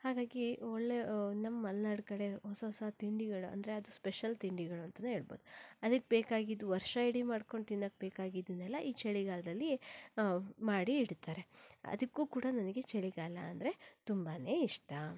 ಹಾಗಾಗಿ ಒಳ್ಳೆ ನಮ್ಮ ಮಲೆನಾಡ ಕಡೆ ಹೊಸ ಹೊಸ ತಿಂಡಿಗಳು ಅಂದರೆ ಅದು ಸ್ಪೆಷಲ್ ತಿಂಡಿಗಳು ಅಂತಾನೇ ಹೇಳ್ಬೋದು ಅದಕ್ಕೆ ಬೇಕಾಗಿದ್ದು ವರ್ಷ ಇಡೀ ಮಾಡಿಕೊಂಡು ತಿನ್ನಕ್ಕೆ ಬೇಕಾಗಿದ್ದನ್ನೆಲ್ಲ ಈ ಚಳಿಗಾಲದಲ್ಲಿ ಮಾಡಿ ಇಡ್ತಾರೆ ಅದಕ್ಕೂ ಕೂಡ ನನಗೆ ಚಳಿಗಾಲ ಅಂದರೆ ತುಂಬಾನೆ ಇಷ್ಟ